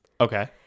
Okay